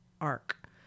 arc